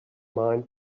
mind